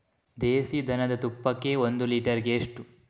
ದೇಸಿ ದನದ ತುಪ್ಪಕ್ಕೆ ಒಂದು ಲೀಟರ್ಗೆ ಎಷ್ಟು?